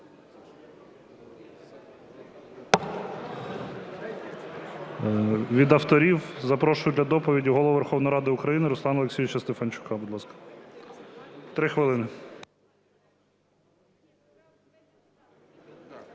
Від авторів запрошую для доповіді Голову Верховної Ради України Руслана Олексійовича Стефанчука. Будь